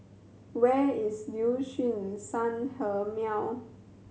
where is Liuxun Sanhemiao